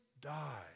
die